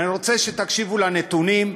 ואני רוצה שתקשיבו לנתונים,